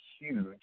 huge